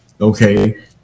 okay